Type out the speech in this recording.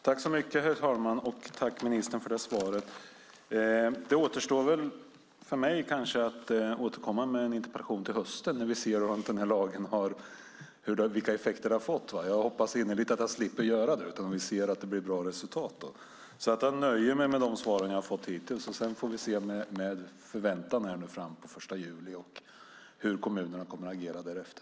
Herr talman! Tack, statsrådet, för det svaret! Det återstår väl för mig att kanske återkomma med en interpellation till hösten när vi ser vilka effekter den här lagen får. Jag hoppas innerligt att jag slipper göra det. Jag hoppas att vi ser att det blir ett bra resultat. Jag nöjer mig med de svar som jag har fått hittills. Sedan får vi med förväntan se fram emot den 1 juli och hur kommunerna kommer att agera därefter.